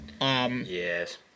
Yes